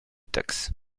taxes